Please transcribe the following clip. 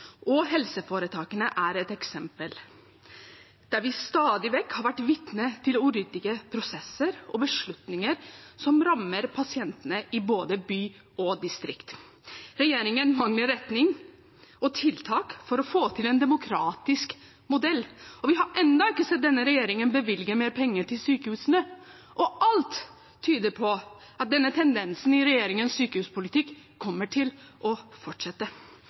og helseforetakene er eksempel der vi stadig har vært vitne til uryddige prosesser og beslutninger som rammer pasientene i både by og distrikt. Regjeringen mangler retning og tiltak for å få til en demokratisk modell. Vi har enda ikke sett denne regjeringen bevilge mer penger til sykehusene, og alt tyder på at denne tendensen i regjeringens sykehuspolitikk kommer til å fortsette.